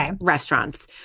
restaurants